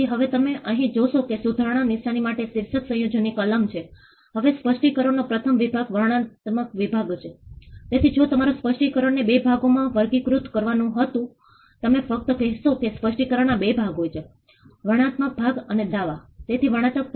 તેઓ બાહ્ય સહાય વિના શું કરી શકે છે અને બાહ્ય સહાયથી તેઓ શું કરી શકે છે અને આ કેટલાક કાર્યો છે જેનું પ્રતિનિધિત્વ કરે છે કે કોણ કયા પ્રકારનું કાર્ય કરશે અહીં તમે જોઈ શકો છો કે તેઓએ કરેલા કાર્ય સંખ્યા તેઓએ બધા સ્વયંસેવકોને બોલાવવા માંગતા હતા